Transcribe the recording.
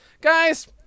Guys